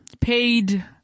paid